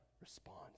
response